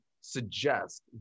suggest